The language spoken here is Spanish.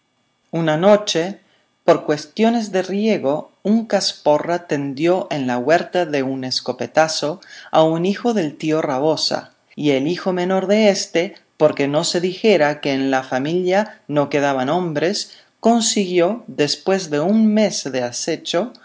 una noche por cuestiones de riego un casporra tendió en la huerta de un escopetazo a un hijo del tío rabosa y el hijo menor de éste porque no se dijera que en la familia no quedaban hombres consiguió después de un mes de acecho